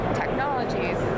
technologies